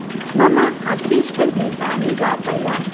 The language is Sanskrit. मम अभीष्टगीतानि गापय